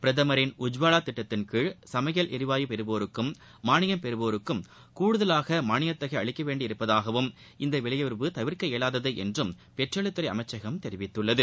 பிரதமரின் உஜ்வாலா திட்டத்தின்கீழ் சமையல் எரிவாயு பெறுவோருக்கும் மானியம் பெறுவோருக்கும் கூடுதலாக மாளியத்தொகை அளிக்கவேண்டியுள்ளதாகவும் இந்த விலை உயர்வு தவிர்க்க இயலாதது என்றும் பெட்ரோலியத்துறை அமைச்சகம் தெரிவித்துள்ளது